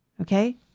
Okay